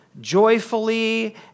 joyfully